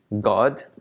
God